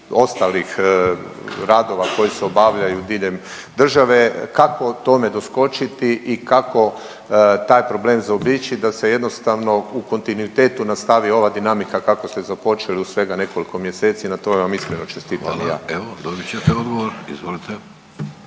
ostalih radova koji se obavljaju diljem države, kako tome doskočiti i kako taj problem zaobići da se jednostavno u kontinuitetu nastavi ova dinamika kako ste započeli u svega nekoliko mjeseci i na tome vam iskreno čestitam i ja. **Vidović, Davorko